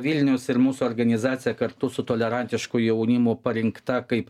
vilniaus ir mūsų organizacija kartu su tolerantiško jaunimo parinkta kaip